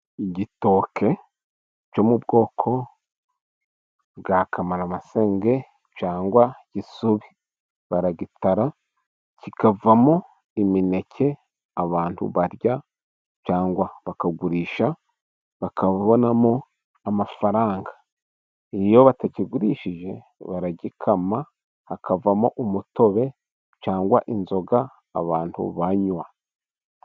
Igitoke cyo mu bwoko bwa kamaramasenge, cyangwa gisubi. Baragitara kikavamo imineke abantu barya, cyangwa bakakigurisha bakabonamo amafaranga. Iyo batakigurishije baragikama, hakavamo umutobe cyangwa inzoga abantu banywa.